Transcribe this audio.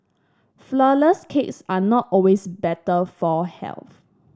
flourless cakes are not always better for health